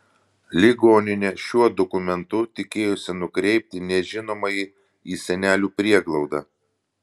ligoninė šiuo dokumentu tikėjosi nukreipti nežinomąjį į senelių prieglaudą